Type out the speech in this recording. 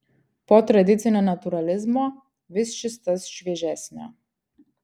po tradicinio natūralizmo vis šis tas šviežesnio